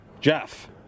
Jeff